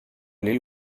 aller